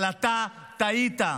אבל אתה טעית.